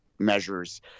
measures